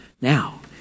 Now